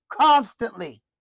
constantly